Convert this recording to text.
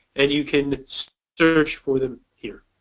and you can search for them here.